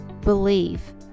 believe